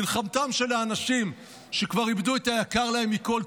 מלחמתם של האנשים שכבר איבדו את היקר להם מכול,